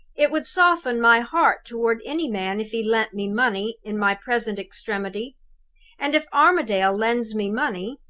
it would soften my heart toward any man if he lent me money in my present extremity and, if armadale lends me money,